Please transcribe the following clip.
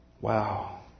Wow